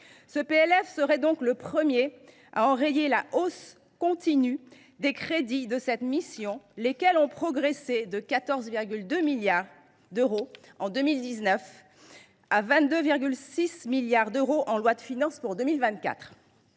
serait donc le premier à enrayer la hausse continue des crédits de cette mission, lesquels ont progressé de 14,2 milliards d’euros en 2019 à 22,6 milliards d’euros en loi de finances pour 2024.